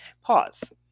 Pause